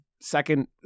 second